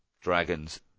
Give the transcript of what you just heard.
Dragons